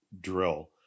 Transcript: drill